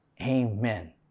Amen